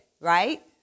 right